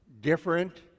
different